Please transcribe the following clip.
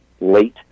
late